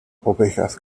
ovejas